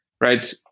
right